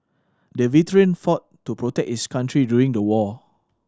the veteran fought to protect his country during the war